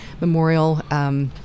Memorial